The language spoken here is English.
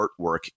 artwork